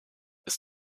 ist